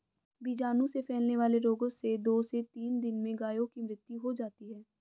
बीजाणु से फैलने वाले रोगों से दो से तीन दिन में गायों की मृत्यु हो जाती है